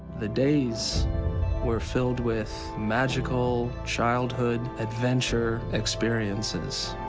the days were filled with magical childhood adventure experiences